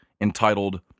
entitled